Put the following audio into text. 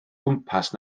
gwmpas